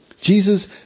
Jesus